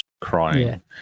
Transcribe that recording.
crying